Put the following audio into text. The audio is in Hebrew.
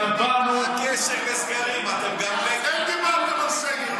קבענו, להתחיל לדבר, אתם דיברתם על סגר.